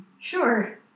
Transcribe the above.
Sure